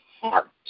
heart